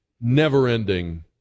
never-ending